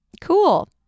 Cool